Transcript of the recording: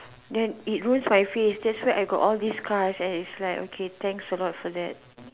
then it ruins my face that's why I got all these scars and it's like okay thanks a lot for that